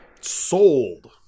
Sold